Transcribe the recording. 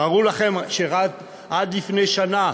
תארו לכם שעד לפני שנה